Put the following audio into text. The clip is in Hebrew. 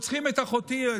וכשרוצחים את אחותי,